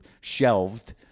shelved